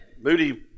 Moody